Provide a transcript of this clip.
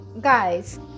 guys